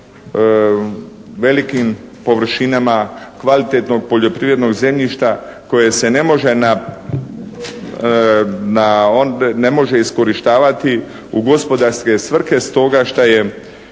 velikim površinama kvalitetnog poljoprivrednog zemljišta koje se ne može iskorištavati u gospodarske svrhe stoga što je